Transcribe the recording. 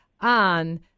on